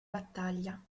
battaglia